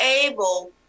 able